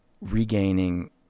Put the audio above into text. regaining